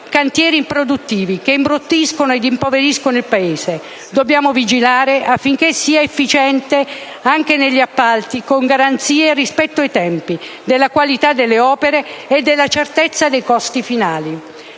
cantieri improduttivi, che imbruttiscono ed impoveriscono il Paese. Dobbiamo vigilare affinché ci sia efficienza anche negli appalti con garanzie circa il rispetto dei tempi, la qualità delle opere ed anche la certezza dei costi finali.